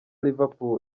liverpool